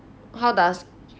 how does